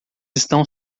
estão